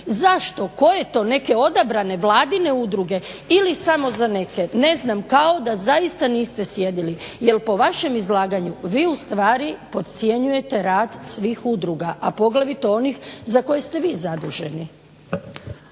Zašto? Koje to, neke odabrane vladine udruge? Ili samo za neke. Ne znam kao da zaista niste sjedili jer po vašem izlaganju vi ustvari podcjenjujete rad svih udruga, a poglavito onih za koje ste vi zaduženi.